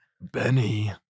Benny